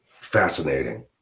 Fascinating